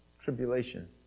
Tribulation